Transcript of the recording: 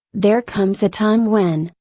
there comes a time when,